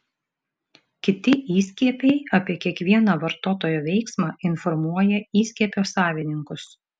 kiti įskiepiai apie kiekvieną vartotojo veiksmą informuoja įskiepio savininkus